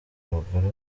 abagore